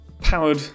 Powered